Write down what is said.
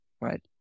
right